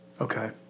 Okay